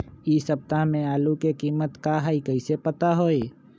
इ सप्ताह में आलू के कीमत का है कईसे पता होई?